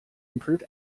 improved